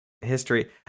history